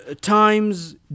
times